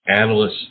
analysts